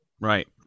Right